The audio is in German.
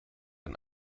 ein